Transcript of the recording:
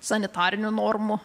sanitarinių normų